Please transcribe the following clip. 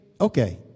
okay